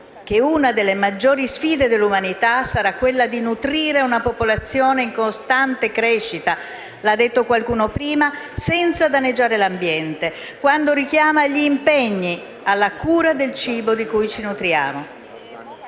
una delle maggiori sfide dell'umanità sarà quella di nutrire una popolazione in costante crescita - come ha detto qualcuno poc'anzi - senza danneggiare l'ambiente; quando richiama gli impegni alla cura del cibo di cui ci nutriamo.